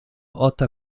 haute